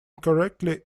correctly